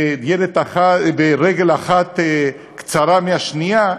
ורגל אחת קצרה מהשנייה,